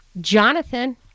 Jonathan